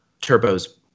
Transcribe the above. Turbo's